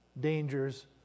dangers